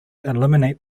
eliminate